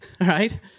right